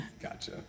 Gotcha